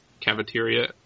cafeteria